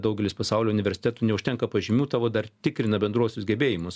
daugelis pasaulio universitetų neužtenka pažymių tavo dar tikrina bendruosius gebėjimus